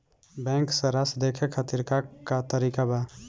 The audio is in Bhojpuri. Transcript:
बैंक सराश देखे खातिर का का तरीका बा?